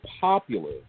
popular